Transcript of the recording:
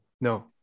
No